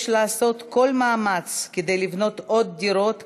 יש לעשות כל מאמץ לבנות עוד דירות כאלה,